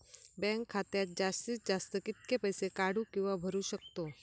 Bank खात्यात जास्तीत जास्त कितके पैसे काढू किव्हा भरू शकतो?